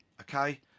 okay